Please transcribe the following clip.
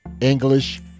English